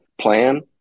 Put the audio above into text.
plan